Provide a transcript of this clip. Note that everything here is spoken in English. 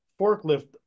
forklift